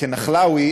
כנחלאווי,